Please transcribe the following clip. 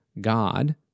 God